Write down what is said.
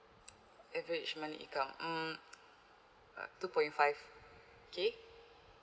average monthly income mm uh two point five K